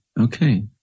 Okay